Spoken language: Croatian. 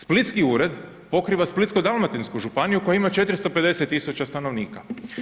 Splitski ured pokriva Splitsko-dalmatinsku županiju koja ima 450 000 stanovnika.